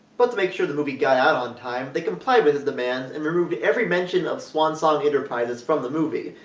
but to make sure the movie got out on time, they complied with his demands and removed every mention of swan song enterprises in the movie,